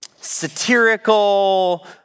satirical